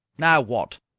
now what?